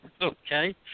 Okay